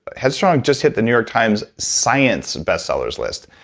headstrong just hit the new york times science bestsellers list.